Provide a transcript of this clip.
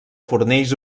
fornells